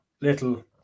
little